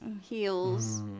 heels